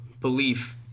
belief